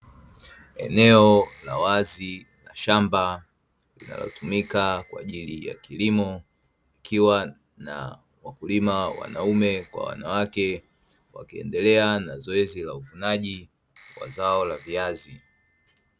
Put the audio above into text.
Eneo la wazi la shamba linalotumika kwa ajili ya kilimo likiwa na wakulima wanaume kwa wanawake, wakiendelea na zoezi la uvunaji wa zao la vizazi.